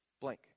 blank